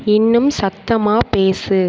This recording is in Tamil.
இன்னும் சத்தமா பேசு